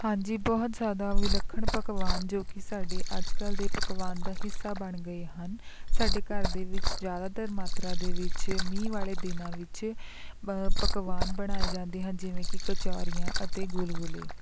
ਹਾਂਜੀ ਬਹੁਤ ਜ਼ਿਆਦਾ ਵਿਲੱਖਣ ਪਕਵਾਨ ਜੋ ਕਿ ਸਾਡੇ ਅੱਜ ਕੱਲ੍ਹ ਦੇ ਪਕਵਾਨ ਦਾ ਹਿੱਸਾ ਬਣ ਗਏ ਹਨ ਸਾਡੇ ਘਰ ਦੇ ਵਿੱਚ ਜ਼ਿਆਦਾਤਰ ਮਾਤਰਾ ਦੇ ਵਿੱਚ ਮੀਂਹ ਵਾਲੇ ਦਿਨਾਂ ਵਿੱਚ ਅ ਪਕਵਾਨ ਬਣਾਏ ਜਾਂਦੇ ਹਨ ਜਿਵੇਂ ਕਿ ਕਚੋਰੀਆਂ ਅਤੇ ਗੁਲਗੁਲੇ